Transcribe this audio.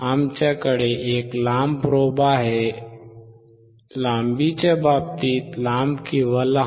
आमच्याकडे एक लांब प्रोब आहे लांबीच्या बाबतीत लांब किंवा लहान